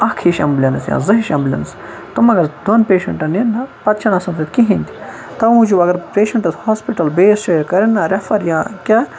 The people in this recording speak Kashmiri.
اَکھ ہِش ایمبلینس یا زٕ ہِش ایمبلینس تمَن تِمن حظ دۄن پیشینٛٹَن نِن حظ پتہٕ چھنہٕ تَتہِ آسان کِہیٖنۍ تہِ تَو موٗجوٗب اگر پیشینٛٹَس ہوسپِٹَل یا بیٚیِس جاے کَرن نہ ریفر یا کینٛہہ